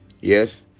yes